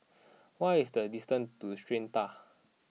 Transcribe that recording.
what is the distance to Strata